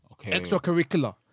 Extracurricular